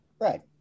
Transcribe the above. Right